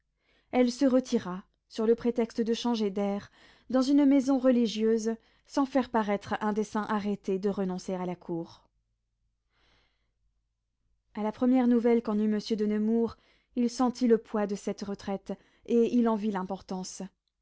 elle se retira sur le prétexte de changer d'air dans une maison religieuse sans faire paraître un dessein arrêté de renoncer à la cour a la première nouvelle qu'en eut monsieur de nemours il sentit le poids de cette retraite et il en vit l'importance